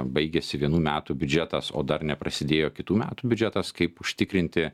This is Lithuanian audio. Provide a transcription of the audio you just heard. baigiasi vienų metų biudžetas o dar neprasidėjo kitų metų biudžetas kaip užtikrinti